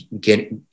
get